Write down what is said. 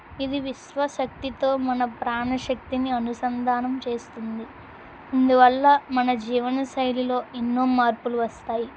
ఇది విశ్వశక్తితో మన ప్రాణ శక్తిని అనుసంధానం చేస్తుంది అందువల్ల మన జీవనశైలిలో ఎన్నో మార్పులు వస్తాయి